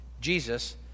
Jesus